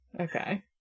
Okay